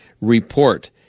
report